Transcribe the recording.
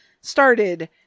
started